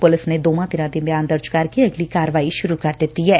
police ਨੇ ਦੋਵਾਂ ਧਿਰਾਂ ਦੇ ਬਿਆਨ ਦਰਜ ਕਰਕੇ ਅਗਲੀ ਕਾਰਵਾਈ ਸੁਰੁ ਕਰ ਦਿੱਤੀ ਐ